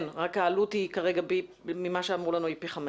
כן, רק העלות היא פי חמישה כרגע, ממה שאמרו לנו.